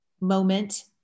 moment